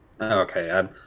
Okay